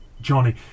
Johnny